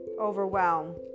overwhelm